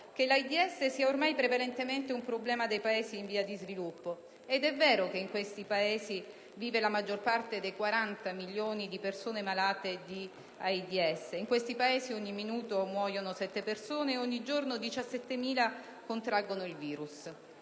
che l'AIDS sia ormai prevalentemente un problema dei Paesi in via di sviluppo. È vero che in tali Paesi vive la maggior parte dei 40 milioni di persone malate di AIDS: in questi Paesi ogni minuto muoiono 7 persone e ogni giorno 17.000 contraggono il virus.